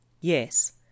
Yes